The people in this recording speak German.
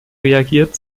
reagiert